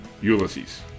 Ulysses